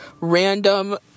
random